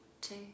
two